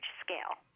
scale